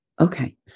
Okay